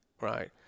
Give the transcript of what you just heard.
Right